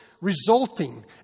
resulting